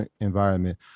environment